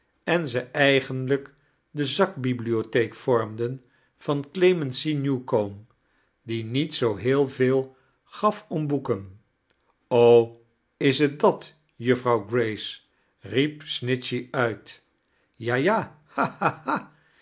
en ze eigenlijk de zakbibliottheek vormden van clemency newcome die niet zoo heel veel gaf om boeken is t dat juffrouw grace riep snitchey uit ja ja